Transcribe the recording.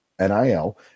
NIL